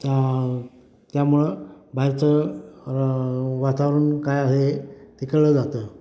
त्या त्यामुळं बाहेरचं वातावरण काय आहे ते कळलं जातं